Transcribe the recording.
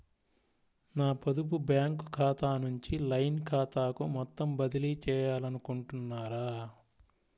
నా పొదుపు బ్యాంకు ఖాతా నుంచి లైన్ ఖాతాకు మొత్తం బదిలీ చేయాలనుకుంటున్నారా?